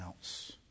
else